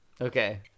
Okay